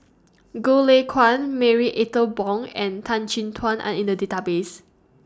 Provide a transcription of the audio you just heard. Goh Lay Kuan Marie Ethel Bong and Tan Chin Tuan Are in The Database